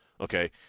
Okay